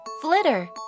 flitter